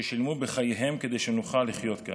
ששילמו בחייהם כדי שנוכל לחיות כאן.